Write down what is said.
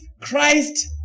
Christ